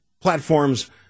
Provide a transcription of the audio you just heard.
platforms